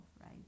right